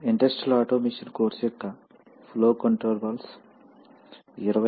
ముఖ్య పదాలు flow valves ball valve flow control valve characteristics actuators plugs